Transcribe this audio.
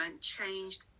changed